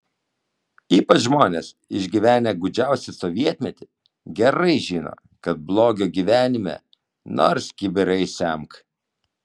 ypač žmonės išgyvenę gūdžiausią sovietmetį gerai žino kad blogio gyvenime nors kibirais semk